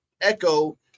Echo